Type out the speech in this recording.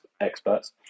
experts